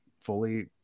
fully